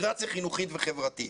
אינטגרציה חינוכית חברתית.